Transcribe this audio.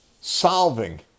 solving